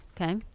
Okay